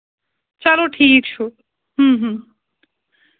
چلو ٹھیٖک چھُ